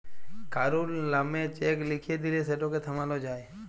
কারুর লামে চ্যাক লিখে দিঁলে সেটকে থামালো যায়